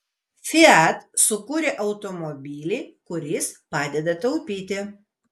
fiat sukūrė automobilį kuris padeda taupyti